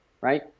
right